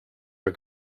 are